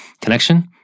connection